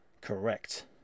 Correct